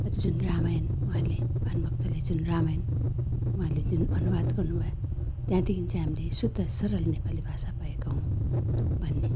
अझै जुन रामायण उहाँले भानुभक्तले जुन रामायण उहाँले जुन अनुवाद गर्नु भयो त्यहाँदेखि चाहिँ हामीले शुद्ध सरल नेपाली भाषा पाएका हौँ भन्ने